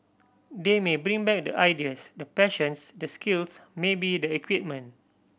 they may bring back the ideas the passions the skills maybe the equipment